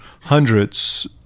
hundreds